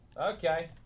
Okay